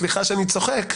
סליחה שאני צוחק,